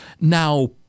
Now